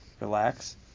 Relax